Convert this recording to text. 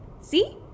See